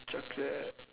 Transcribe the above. chocolate